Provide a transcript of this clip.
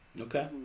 Okay